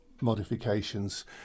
modifications